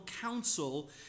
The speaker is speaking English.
council